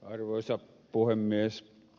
arvoisa puhemies